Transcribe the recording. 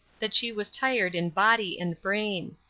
that she was tired in body and brain.